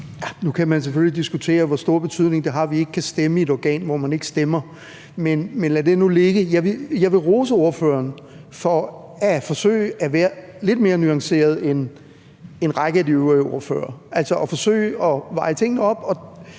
Nu kan man selvfølgelig diskutere, hvor stor betydning det har, at vi ikke kan stemme i et organ, hvor man ikke stemmer. Men lad nu det ligge. Jeg må rose ordføreren for at forsøge at være lidt mere nuanceret end en række af de øvrige ordførere, altså at forsøge at veje tingene op.